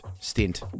stint